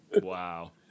Wow